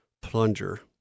plunger